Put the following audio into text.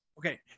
Okay